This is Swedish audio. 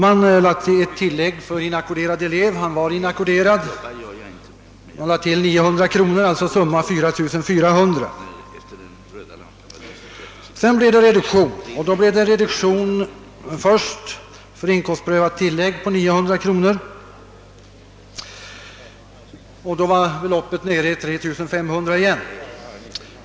Eleven var emellertid inackorderad, och därför gjordes ett tilllägg med 900 kronor — beloppet blev alltså 4400 kronor. Därefter gjordes emellertid en ny reduktion för studiebidrag och inkomstprövat tillägg med 909 kronor, och så var beloppet åter nere i 3 500 kronor.